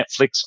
Netflix